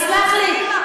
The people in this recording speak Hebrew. סלח לי,